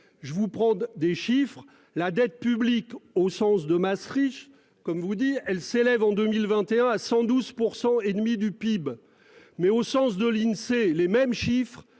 je vous prendre des chiffres. La dette publique au sens de Maastricht comme vous dit elle s'élève en 2021 à 112% et demi du PIB. Mais au sens de l'Insee les mêmes chiffres,